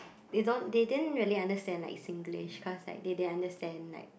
they don't they didn't really understand like Singlish because like they didn't understand like